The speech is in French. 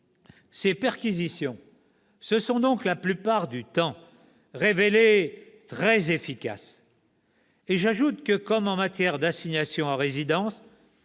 Ces perquisitions se sont donc, la plupart du temps, révélées très efficaces. Et j'ajoute que, comme les assignations à résidence,